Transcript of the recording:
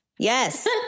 Yes